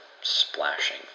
splashing